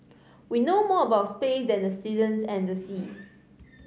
we know more about space than the seasons and the seas